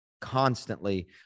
constantly